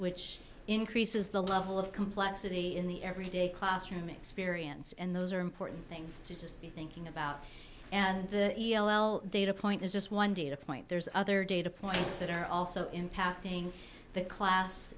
which increases the level of complexity in the everyday classroom experience and those are important things to just be thinking about and the data point is just one data point there's other data points that are also impacting the class